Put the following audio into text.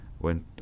went